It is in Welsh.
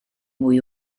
mwy